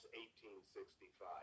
1865